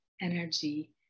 energy